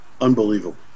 unbelievable